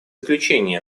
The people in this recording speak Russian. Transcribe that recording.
заключение